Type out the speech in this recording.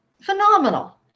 Phenomenal